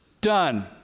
done